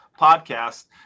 podcast